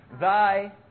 thy